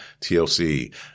TLC